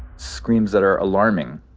screams that are alarming.